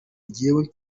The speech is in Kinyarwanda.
jyeweho